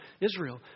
Israel